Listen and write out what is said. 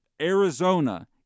Arizona